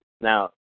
now